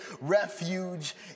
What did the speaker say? refuge